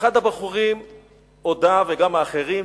אחד הבחורים הודה וגם האחרים,